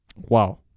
Wow